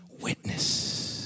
witness